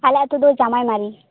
ᱟᱞᱮ ᱟᱛᱳ ᱫᱚ ᱡᱟᱢᱟᱭ ᱢᱟᱹᱨᱤ